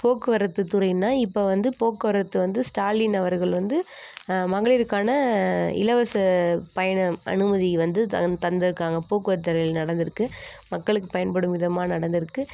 போக்குவரத்து துறைன்னால் இப்போ வந்து போக்குவரத்து வந்து ஸ்டாலின் அவர்கள் வந்து மகளிருக்கான இலவச பயணம் அனுமதி வந்து தந் தந்திருக்காங்க போக்குவரத்துறையில் நடந்திருக்கு மக்களுக்கு பயன்படும் விதமாக நடந்திருக்கு